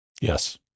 yes